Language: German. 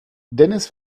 dennis